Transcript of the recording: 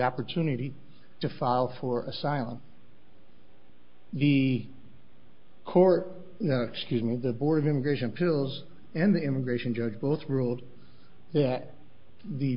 opportunity to file for asylum the court excuse me the board of immigration pills and the immigration judge both ruled that the